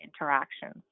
interactions